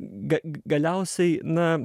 ga galiausiai na